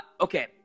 okay